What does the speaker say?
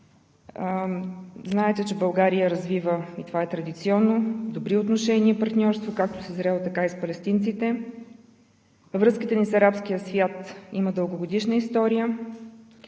Знаете, че България развива традиционно добри отношения и партньорство както с Израел, така и с палестинците. Връзките ни с арабския свят имат дългогодишна история,